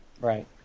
Right